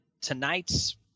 tonight's